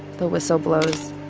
the whistle blows.